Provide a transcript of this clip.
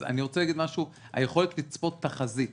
היכולת לצפות תחזית